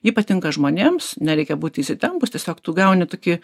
ypatinga žmonėms nereikia būti įsitempus tiesiog tu gauni tokį